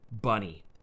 bunny